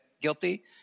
guilty